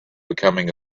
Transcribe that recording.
becoming